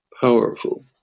Powerful